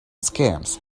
scams